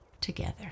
together